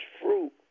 fruit